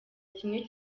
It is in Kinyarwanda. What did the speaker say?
kimwe